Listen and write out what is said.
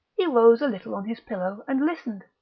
he rose a little on his pillow, and listened.